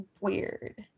weird